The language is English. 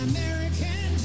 American